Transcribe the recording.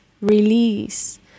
release